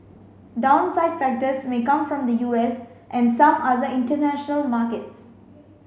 downside factors may come from the U S and some other international markets